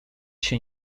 się